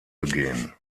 begehen